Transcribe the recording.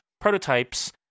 prototypes